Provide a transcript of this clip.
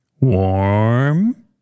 Warm